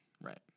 right